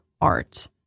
art